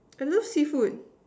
I love seafood